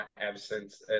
absence